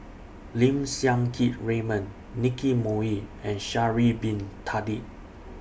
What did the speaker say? Lim Siang Keat Raymond Nicky Moey and Sha'Ari Bin Tadin